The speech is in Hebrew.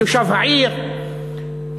תושב העיר,